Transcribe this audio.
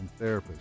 therapists